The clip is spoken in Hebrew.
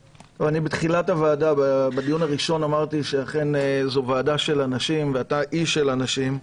בדיון הראשון של הוועדה אמרתי שאכן זו ועדה של אנשים ואתה איש של אנשים,